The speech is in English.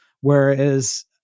Whereas